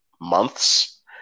months